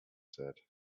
said